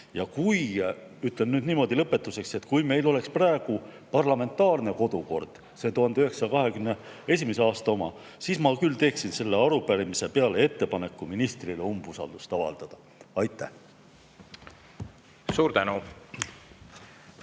hääletus. Ütlen nüüd lõpetuseks, et kui meil oleks praegu parlamentaarne kodukord, see 1921. aasta oma, siis ma küll teeksin selle arupärimise peale ettepaneku ministrile umbusaldust avaldada. Aitäh! Suur tänu!